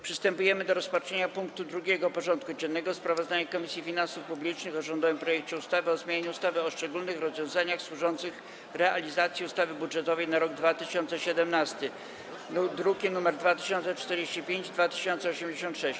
Przystępujemy do rozpatrzenia punktu 2. porządku dziennego: Sprawozdanie Komisji Finansów Publicznych o rządowym projekcie ustawy o zmianie ustawy o szczególnych rozwiązaniach służących realizacji ustawy budżetowej na rok 2017 (druki nr 2045 i 2086)